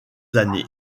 années